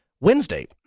wednesday